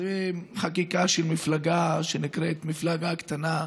זו חקיקה של מפלגה שנקראת, מפלגה קטנה.